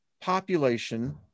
population